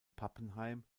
pappenheim